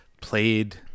played